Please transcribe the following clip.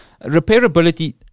repairability